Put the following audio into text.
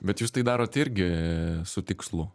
bet jūs tai darot irgi su tikslu